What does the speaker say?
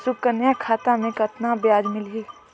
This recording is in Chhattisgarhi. सुकन्या खाता मे कतना ब्याज मिलही?